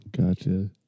Gotcha